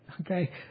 Okay